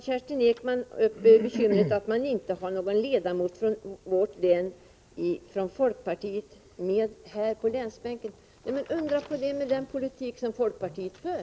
Kerstin Ekman är bekymrad över att folkpartiet inte har någon ledamot på vår länsbänk. Undra på det, med den politik som folkpartiet för!